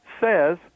says